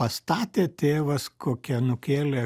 pastatė tėvas kokią nukėlė